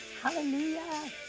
hallelujah